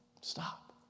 Stop